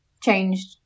changed